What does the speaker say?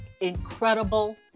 incredible